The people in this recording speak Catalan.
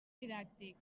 didàctic